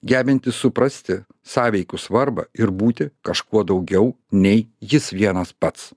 gebantis suprasti sąveikos svarbą ir būti kažkuo daugiau nei jis vienas pats